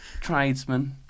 Tradesman